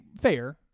fair